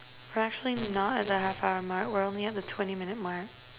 we're actually not at the half hour mark we're only at the twenty minute mark